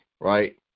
right